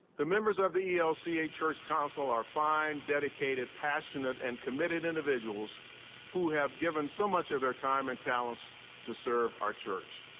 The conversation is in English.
the members of the elca church council are fine, dedicated, passionate, and committed individuals who have given so much of their time and talents to serve our church.